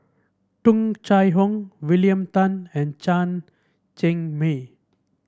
Tung Chye Hong William Tan and Chen Cheng Mei